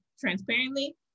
transparently